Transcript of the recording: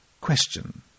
Question